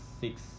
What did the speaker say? Six